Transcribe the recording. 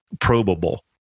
probable